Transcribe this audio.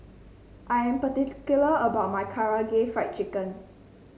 I am particular about my Karaage Fried Chicken